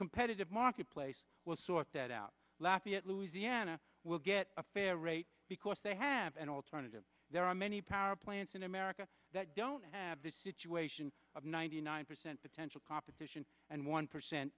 competitive marketplace will sort that out lapierre louisiana will get a fair rate because they have an alternative there are many power plants in america that don't have this situation of ninety nine percent potential competition and one percent